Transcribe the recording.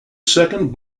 second